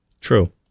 True